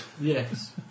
Yes